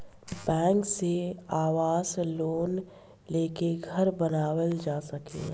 bank से आवास loan लेके घर बानावल जा सकेला